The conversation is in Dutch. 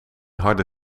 harde